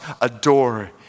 adore